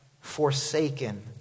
forsaken